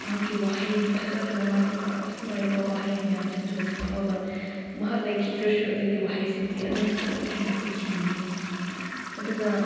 ꯃꯍꯥꯛꯀꯤ ꯋꯥꯍꯩ ꯐꯖꯈ꯭ꯔꯕ ꯃꯥꯒꯤ ꯄꯋꯥꯔꯐꯨꯜ ꯑꯣꯏꯔꯕ ꯋꯥꯍꯩ ꯃꯌꯥꯝꯁꯤꯡꯁꯨ ꯍꯧꯖꯤꯛ ꯐꯥꯎꯕ ꯃꯍꯥꯛ ꯂꯩꯈꯤꯗ꯭ꯔꯁꯨ ꯑꯗꯨꯒꯤ ꯋꯥꯍꯩꯁꯤꯡꯗꯤ ꯑꯗꯨꯝ ꯑꯗꯨꯛꯀꯤ ꯃꯇꯤꯛ ꯍꯤꯡꯂꯤ ꯑꯗꯨꯒ